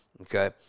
okay